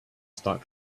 start